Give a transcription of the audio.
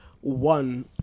one